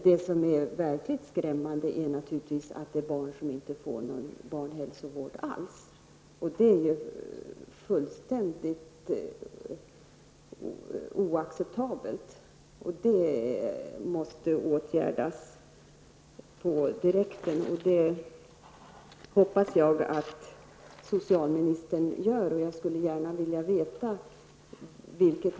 Det som är verkligt skrämmande är att det finns barn som inte får någon hälsovård alls. Det är ju fullständigt oacceptabelt. Det måste omedelbart åtgärdas. Jag hoppas att socialministern gör detta.